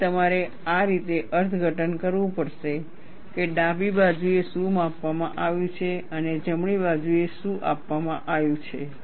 તેથી તમારે આ રીતે અર્થઘટન કરવું પડશે કે ડાબી બાજુએ શું આપવામાં આવ્યું છે અને જમણી બાજુએ શું આપવામાં આવ્યું છે